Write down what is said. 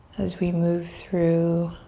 as we move through